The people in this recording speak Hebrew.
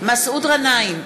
מסעוד גנאים,